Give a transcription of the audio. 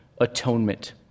atonement